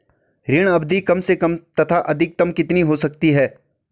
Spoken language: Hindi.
ऋण अवधि कम से कम तथा अधिकतम कितनी हो सकती है?